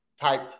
type